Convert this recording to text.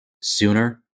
sooner